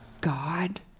God